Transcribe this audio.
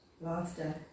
Laughter